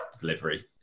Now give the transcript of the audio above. delivery